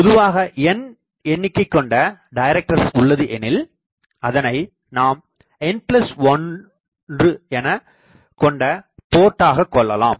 பொதுவாக n எண்ணிக்கை கொண்ட டைரக்டர்ஸ் உள்ளது எனில் அதனை நாம் N1 என கொண்ட போர்ட் ஆக கொள்ளலாம்